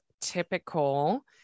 typical